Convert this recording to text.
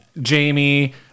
Jamie